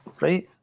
Right